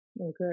Okay